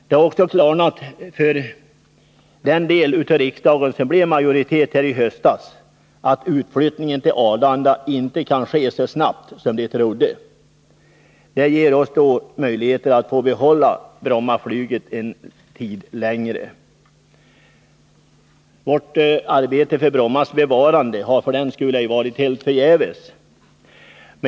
Det har också klarnat för den del av riksdagen som blev majoritet i höstas att utflyttningen från Bromma inte kan ske så snabbt som de trodde. Det ger oss möjligheter att få behålla Brommaflyget en tid längre. Vårt arbete för Brommas bevarande har för den skull ej varit helt förgäves.